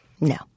No